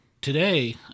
today